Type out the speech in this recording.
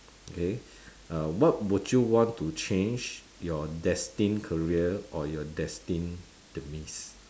okay uh what would you want to change your destined career or your destined demise